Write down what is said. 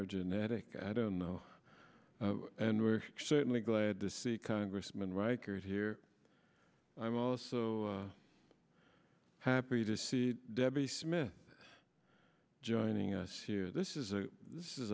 or genetic i don't know and we're certainly glad to see congressman reichert here i'm also happy to see debbie smith joining us here this is a this is